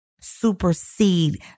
supersede